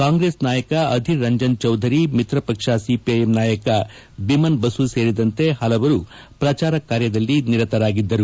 ಕಾಂಗ್ರೆಸ್ ನಾಯಕ ಅಧಿರ್ ರಂಜನ್ ಚೌಧರಿ ಮಿತ್ರಪಕ್ಷ ಸಿಪಿಐಎಂ ನಾಯಕ ಬಿಮನ್ ಬಸು ಸೇರಿದಂತೆ ಹಲವರು ಪ್ರಚಾರ ಕಾರ್ಯದಲ್ಲಿ ನಿರತರಾಗಿದ್ದರು